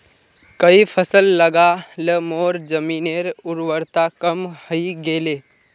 कई फसल लगा ल मोर जमीनेर उर्वरता कम हई गेले